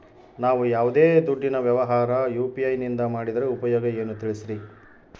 ನಾವು ಯಾವ್ದೇ ದುಡ್ಡಿನ ವ್ಯವಹಾರ ಯು.ಪಿ.ಐ ನಿಂದ ಮಾಡಿದ್ರೆ ಉಪಯೋಗ ಏನು ತಿಳಿಸ್ರಿ?